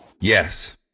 yes